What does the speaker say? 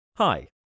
Hi